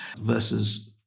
versus